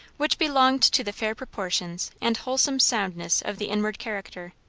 which belonged to the fair proportions and wholesome soundness of the inward character.